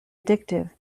addictive